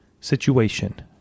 situation